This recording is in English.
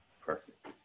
perfect